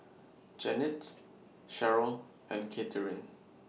Jannette Cherryl and Katherin